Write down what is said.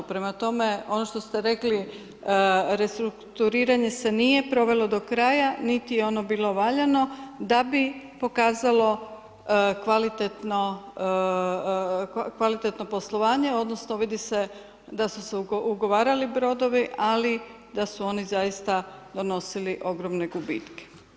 Prema tome, ono što ste rekli, restrukturiranje se nije provelo do kraja, niti je ono bilo valjano da bi pokazalo kvalitetno poslovanje odnosno vidi se da su se ugovarali brodovi, ali da su oni zaista donosili ogromne gubitke.